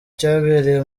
cyabereye